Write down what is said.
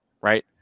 right